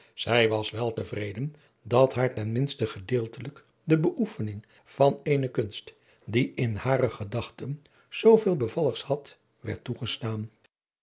zij was wel te vreden dat haar ten minste gedeelteljik de beoefening van eene kunst die in hare gedachten zooveel bevalligs had werd toegestaan